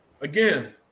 again